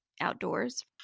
outdoors